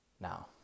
now